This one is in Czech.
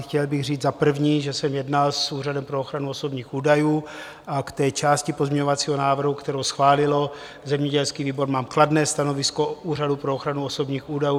Chtěl bych říct za prvé, že jsem jednal s Úřadem pro ochranu osobních údajů, a k té části pozměňovacího návrhu, kterou schválil zemědělský výbor, mám kladné stanovisko Úřadu pro ochranu osobních údajů.